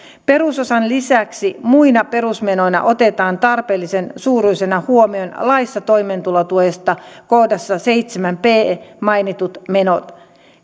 perusosan lisäksi muina perusmenoina otetaan tarpeellisen suuruisina huomioon laissa toimeentulotuesta kohdassa seitsemän b mainitut menot